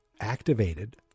Activated